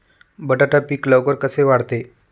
बटाटा पीक लवकर कसे वाढते?